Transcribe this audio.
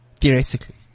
Theoretically